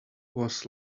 was